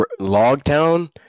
Logtown